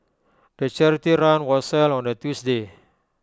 the charity run was held on A Tuesday